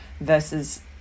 versus